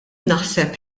naħseb